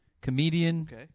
comedian